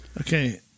okay